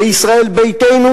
וישראל ביתנו,